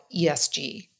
ESG